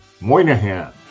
Moynihan